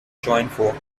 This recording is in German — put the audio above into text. schweinfurt